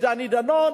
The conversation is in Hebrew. דני דנון.